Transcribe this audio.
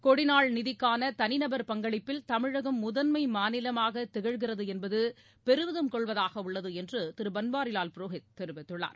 கொடி நாள் நிதிக்கான தனிநபர் பங்களிப்பில் தமிழகம் முதன்மை மாநிலமாக திகழ்கிறது என்பது பெருமிதம் கொள்வதாக உள்ளது என்று திரு பன்வாரிவால் புரோஹித் தெரிவித்துள்ளார்